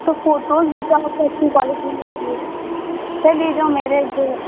तो फोटोज़ भी तो आपको अच्छी क्वालिटी में चाहिए चलिए जो मेरे जो